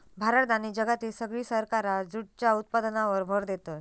भारत आणि जगातली सगळी सरकारा जूटच्या उत्पादनावर भर देतत